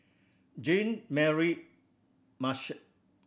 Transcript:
Jean Mary Marshall